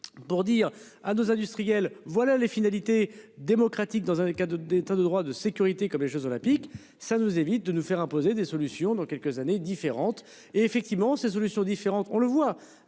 pour dire à nos industriels, voilà les finalités démocratique, dans un cas de d'état de droit, de sécurité comme les Jeux olympiques, ça nous évite de nous faire imposer des solutions dans quelques années différentes et effectivement ces solutions différentes, on le voit